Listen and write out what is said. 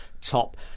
top